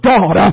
God